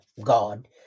God